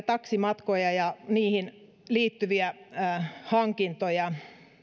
taksimatkoja ja niihin liittyviä hankintoja